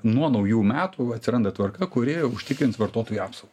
nuo naujų metų atsiranda tvarka kuri užtikrins vartotojų apsaugą